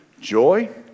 joy